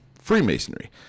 Freemasonry